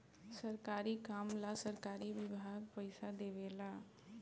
सरकारी काम ला सरकारी विभाग पइसा देवे ला